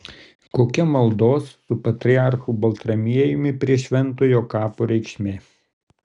kokia maldos su patriarchu baltramiejumi prie šventojo kapo reikšmė